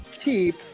keep